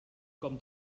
com